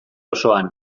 osoan